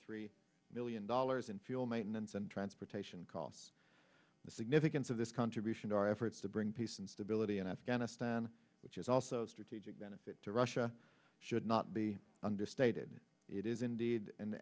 three million dollars in fuel maintenance and transportation costs the significance of this contribution to our efforts to bring peace and stability in afghanistan which is also a strategic benefit to russia should not be understated it is indeed an